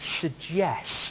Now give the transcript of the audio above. suggest